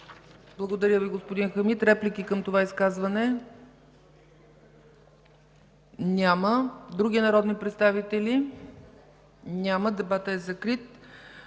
Благодаря Ви, господин Хамид. Реплики към това изказване? Няма. Други народни представители? Няма. Дебатът е закрит.